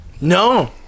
No